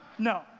No